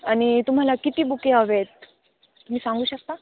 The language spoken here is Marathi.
आणि तुम्हाला किती बुके हवे आहेत तुम्ही सांगू शकता